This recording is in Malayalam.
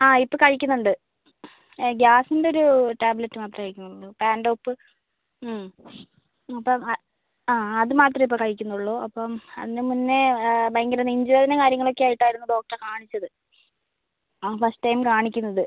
ആ ഇപ്പം കഴിക്കുന്നുണ്ട് ഗ്യാസിൻ്റെ ഒര് ടാബ്ലെറ്റ് മാത്രമേ കഴിക്കുന്നുള്ളൂ പാൻറ്റോപ്പ് അപ്പം ആ അത് മാത്രമേ ഇപ്പം കഴിക്കുന്നുള്ളൂ അപ്പം അതിന് മുന്നേ ഭയങ്കര നെഞ്ച് വേദന കാര്യങ്ങളൊക്കെ ആയിട്ടായിരുന്നു ഡോക്ടറെ കാണിച്ചത് ആ ഫർസ്റ്റ് ടൈം കാണിക്കുന്നത്